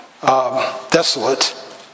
desolate